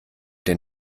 den